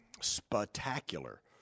spectacular